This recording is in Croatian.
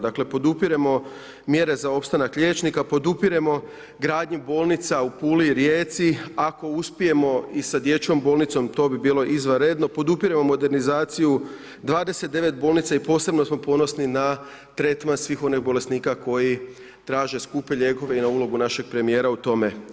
Dakle, podupiremo mjere za opstanak liječnika, podupiremo gradnju bolnica, u Puli, Rijeci, ako uspijemo i sa dječjom bolnico, to bi bilo izvanredno, podupiremo modernizaciju, 296 bolnica i posebno smo ponosni na tretman svih onih bolesnika, koji traže skupe lijekove i na ulogu našeg premjera u tome.